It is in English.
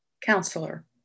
counselor